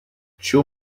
too